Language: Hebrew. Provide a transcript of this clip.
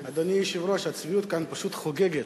אדוני היושב-ראש, הצביעות כאן פשוט חוגגת.